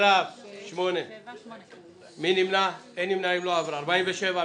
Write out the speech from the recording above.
7 נמנעים, אין הצעה לתיקון החקיקה (5)